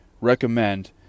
recommend